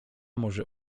może